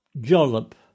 Jollop